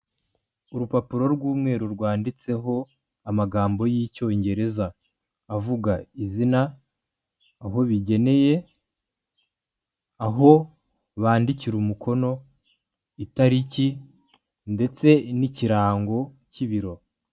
Urupapuro rw'umweru rwanditseho amagambo y'icyongereza, avuga izina, aho bigeneye, aho bandikira umukono, itariki, ndetse n'ikirango cy'ibiro.